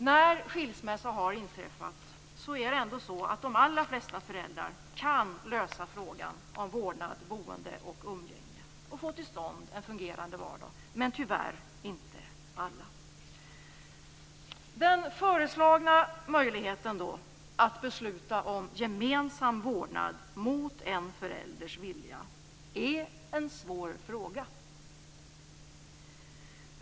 När en skilsmässa har inträffat kan de allra flesta föräldrar lösa frågor om vårdnad, boende och umgänge och få till stånd en fungerande vardag. Det gäller tyvärr inte alla. Den föreslagna möjligheten att besluta om gemensam vårdnad mot en förälders vilja är en svår fråga.